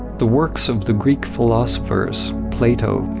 the works of the greek philosophers plato,